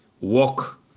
Walk